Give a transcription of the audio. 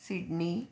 Sydney